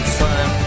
time